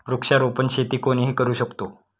वृक्षारोपण शेती कोणीही करू शकतो